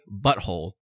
butthole